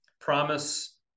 promise